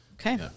Okay